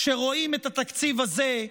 כשרואים את התקציב הזה,